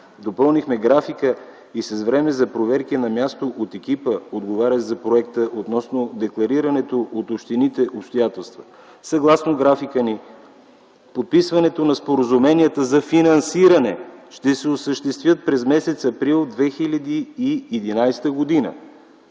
Допълнихме графика и с време за проверки на място от екипа, отговарящ за проекта, относно декларираното от общините обстоятелство. Съгласно графика ни подписването на споразумението за финансиране ще се осъществи през м. април 2011 г., а